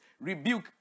rebuke